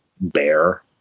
bear